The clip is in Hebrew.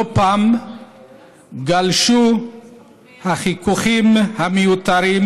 לא פעם גלשו החיכוכים המיותרים